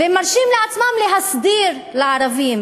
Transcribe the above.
והם מרשים לעצמם להסדיר לערבים